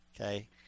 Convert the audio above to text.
Okay